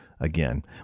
again